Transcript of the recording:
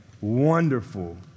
wonderful